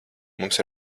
mums